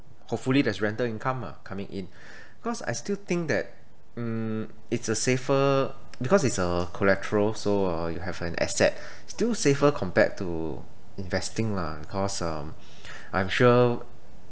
hopefully there's rental income ah coming in cause I still think that mm it's a safer because it's a collateral so uh you have an asset still safer compared to investing lah because uh I'm sure